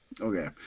Okay